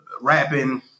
rapping